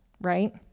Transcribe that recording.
right